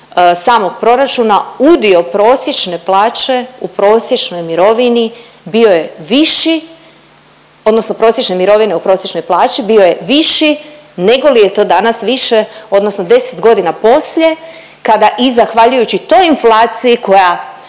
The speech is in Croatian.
samog proračuna udio prosječne plaće u prosječnoj mirovini bio je viši odnosno prosječne mirovine u prosječnoj plaći bio je viši negoli je to danas više odnosno 10 godina poslije kada i zahvaljujući i toj inflaciji koja